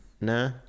Nah